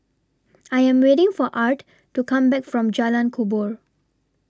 I Am waiting For Art to Come Back from Jalan Kubor